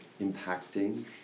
Impacting